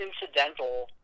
incidental